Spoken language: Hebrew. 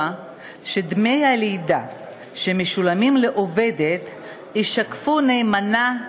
שדמי הלידה שמשולמים לעובדת ישקפו נאמנה,